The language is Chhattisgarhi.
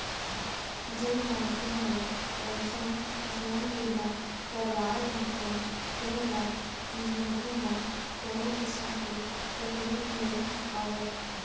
जेन मनखे ह पेंसन जीवन बीमा करवाए रहिथे तेन ल जिनगी म कोनो किसम के तकलीफ नइ आवय